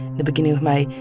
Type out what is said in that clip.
the beginning of may,